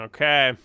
Okay